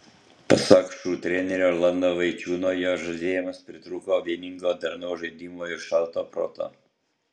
pasak šu trenerio rolando vaičiūno jo žaidėjams pritrūko vieningo darnaus žaidimo ir šalto proto